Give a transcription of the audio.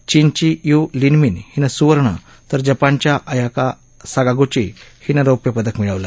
चीनची Yu Linmin हिनं सुवर्ण तर जपानच्या अयाका साकागुची हिनं रौप्यपदक मिळवलं